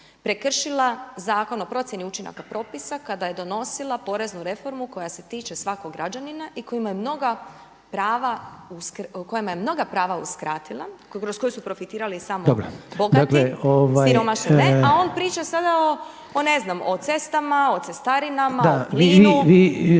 prekršila Zakon o procjeni učinaka propisa kada je donosila poreznu reformu koja se tiče svakog građanina i kojima je mnoga prava uskratila, kroz koju su profitirali samo bogati, siromašni ne. …/Upadica Reiner: Dobro.